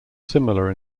similar